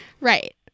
Right